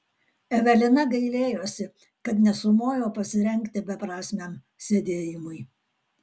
evelina gailėjosi kad nesumojo pasirengti beprasmiam sėdėjimui